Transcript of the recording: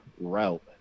route